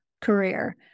career